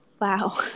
Wow